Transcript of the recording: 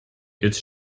its